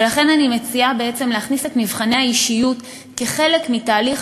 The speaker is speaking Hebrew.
ולכן אני מציעה להכניס את מבחני האישיות כחלק מתהליך